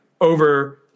over